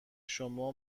شما